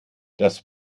das